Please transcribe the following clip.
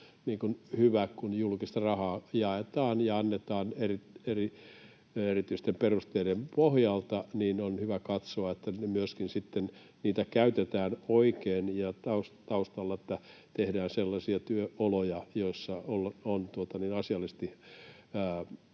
Kun julkista rahaa jaetaan ja annetaan erityisten perusteiden pohjalta, niin on sinänsä hyvä katsoa, että niitä myöskin käytetään oikein, ja taustalla on se, että tehdään työtä sellaisissa työoloissa, joissa on asiallisesti